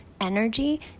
energy